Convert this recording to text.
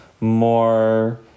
more